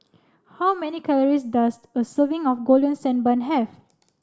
how many calories does a serving of golden sand bun have